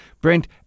Brent